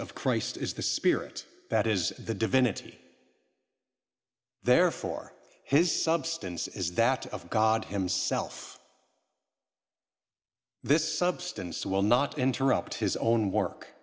of christ is the spirit that is the divinity there for his substance is that of god himself this substance will not interrupt his own work